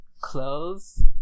clothes